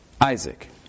Isaac